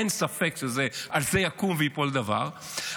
אין ספק שעל זה יקום וייפול דבר,